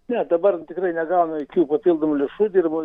ne dabar tikrai negaunam jokių papildomų lėšų dirbo